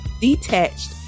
detached